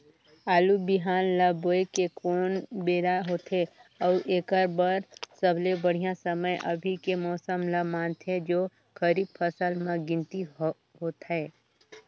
आलू बिहान ल बोये के कोन बेरा होथे अउ एकर बर सबले बढ़िया समय अभी के मौसम ल मानथें जो खरीफ फसल म गिनती होथै?